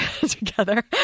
together